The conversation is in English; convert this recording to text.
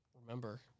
remember